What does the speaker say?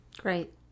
Great